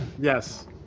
Yes